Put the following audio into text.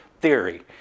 theory